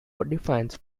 defines